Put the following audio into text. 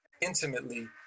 intimately